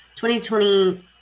2020